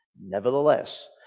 Nevertheless